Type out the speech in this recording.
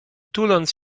tuląc